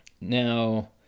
Now